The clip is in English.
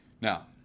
Now